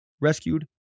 rescued